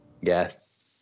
Yes